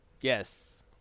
Yes